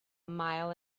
mile